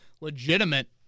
legitimate